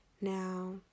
Now